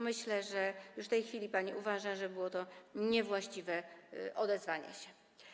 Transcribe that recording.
Myślę, że już w tej chwili pani uważa, że było to niewłaściwe odezwanie się.